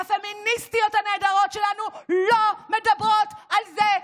הפמיניסטיות הנהדרות שלנו לא מדברות על זה,